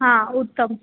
हां उत्तम